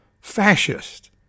fascist